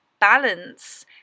balance